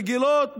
רגילות,